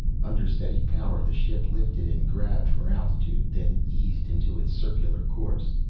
under steady power the ship lifted and grabbed for altitude, then eased into its circular course.